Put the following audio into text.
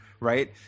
Right